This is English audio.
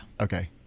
Okay